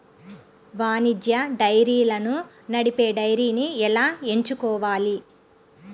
వాణిజ్య డైరీలను నడిపే డైరీని ఎలా ఎంచుకోవాలి?